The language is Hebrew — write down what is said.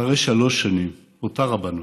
אחרי שלוש שנים, אותה רבנות,